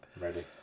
Ready